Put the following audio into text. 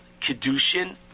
Kedushin